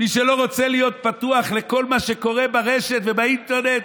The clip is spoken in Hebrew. מי שלא רוצה להיות פתוח לכל מה שקורה ברשת ובאינטרנט,